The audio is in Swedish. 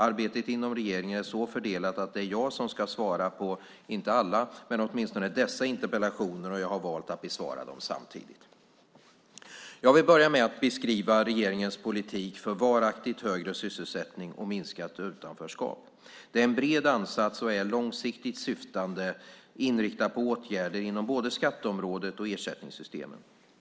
Arbetet inom regeringen är så fördelat att det är jag som ska svara på dessa interpellationer, och jag har valt att besvara dem samtidigt. Jag vill börja med att beskriva regeringens politik för varaktigt högre sysselsättning och minskat utanförskap. Det är en bred ansats som är långsiktigt syftande, inriktad på åtgärder inom både skatteområdet och ersättningssystemen.